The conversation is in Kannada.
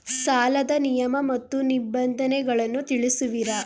ಸಾಲದ ನಿಯಮ ಮತ್ತು ನಿಬಂಧನೆಗಳನ್ನು ತಿಳಿಸುವಿರಾ?